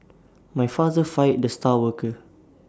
my father fired the star worker